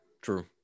true